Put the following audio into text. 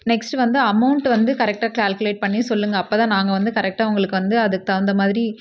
next வந்து amount வந்து கரெக்டாக கால்குலேட் பண்ணி சொல்லுங்கள் அப்போ தான் நாங்கள் வந்து கரெக்டாக உங்களுக்கு வந்து அதுக்குத் தகுந்த மாதிரி